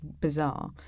bizarre